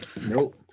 Nope